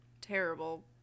terrible